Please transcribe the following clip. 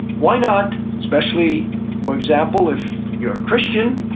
why not, especially for example if you're a christian,